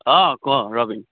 অঁ কোৱা ৰবীন